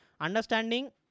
Understanding